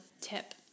tip